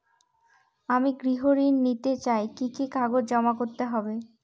আমি গৃহ ঋণ নিতে চাই কি কি কাগজ জমা করতে হবে?